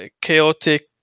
chaotic